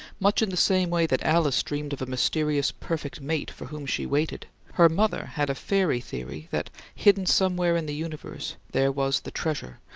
much in the same way that alice dreamed of a mysterious perfect mate for whom she waited, her mother had a fairy theory that hidden somewhere in the universe there was the treasure,